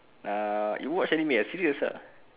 ah you watch anime serious as uh